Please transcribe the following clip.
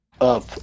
up